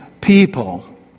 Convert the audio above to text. people